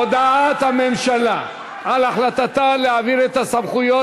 הודעת הממשלה על החלטתה להעביר את הסמכויות,